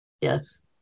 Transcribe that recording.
yes